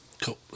Cool